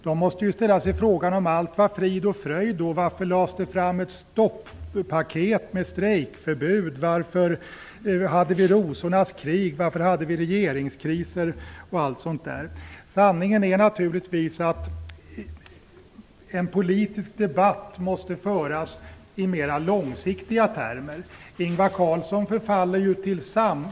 De måste fråga sig: Om allt var frid och fröjd, varför lades det fram ett stoppaket med strejkförbud? Varför hade vi rosornas krig? Varför hade vi regeringskriser och allt sådant? Sanningen är naturligtvis att en politisk debatt måste föras i mer långsiktiga termer.